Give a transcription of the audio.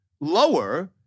lower